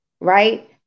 Right